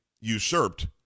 usurped